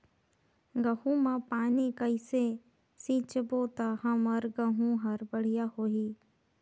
गहूं म पानी कइसे सिंचबो ता हमर गहूं हर बढ़िया होही?